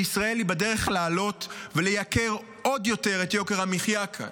בישראל היא בדרך לעלות ולייקר עוד יותר את יוקר המחיה כאן.